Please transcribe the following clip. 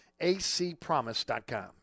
ACPromise.com